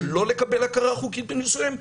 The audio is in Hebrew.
שלא לקבל הכרה חוקית בנישואיהם,